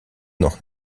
noch